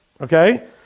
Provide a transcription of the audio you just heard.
okay